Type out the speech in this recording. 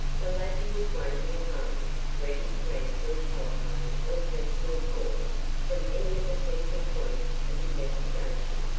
the latter was waiting at home, ready to answer a telephone or personal call from any of the central points of investigation.